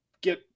get